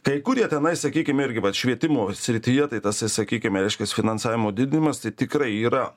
kai kur jie tenai sakykim irgi vat švietimo srityje tai tasai sakykime reiškias finansavimo didinimas tai tikrai yra